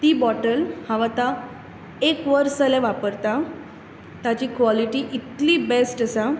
ती बॉटल हांव आतां एक वर्स जालें वापरतां ताची कॉलीटी इतली बॅस्ट आसा